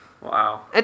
Wow